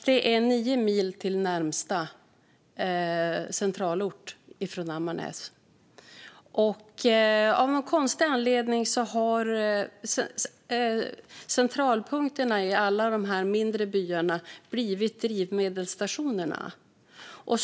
Det är nio mil till närmaste centralort från Ammarnäs. Av någon konstig anledning har centralpunkterna i alla de här mindre byarna blivit drivmedelsstationerna.